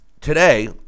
Today